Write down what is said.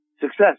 success